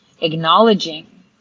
acknowledging